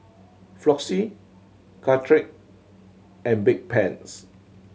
Floxia Caltrate and Bedpans